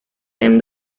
hem